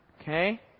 okay